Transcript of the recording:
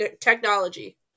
technology